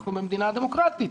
אנחנו במדינה דמוקרטית,